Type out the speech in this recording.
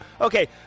okay